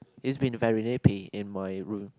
is been very nappy in my room